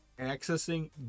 accessing